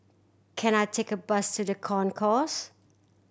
can I take a bus to The Concourse